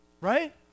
Right